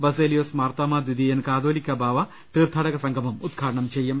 ബസേലി യോസ് മാർത്തോമ്മാ ദ്വീതിയൻ കാതോലിക്കാ ബാവ തീർത്ഥാടകസംഗമം ഉദ്ഘാ ടനം ചെയ്യും